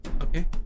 Okay